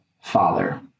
Father